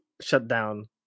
shutdown